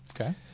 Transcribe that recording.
Okay